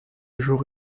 jour